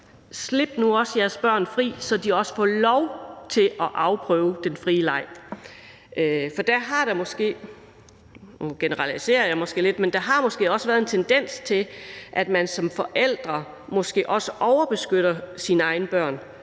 slip nu jeres børn fri, så de også får lov til at afprøve den frie leg. Der har måske – og nu generaliserer jeg lidt – været en tendens til, at man som forældre måske også har overbeskyttet sine egne børn